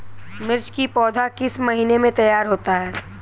मिर्च की पौधा किस महीने में तैयार होता है?